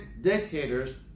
dictators